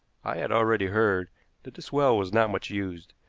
i had already heard that this well was not much used,